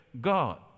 God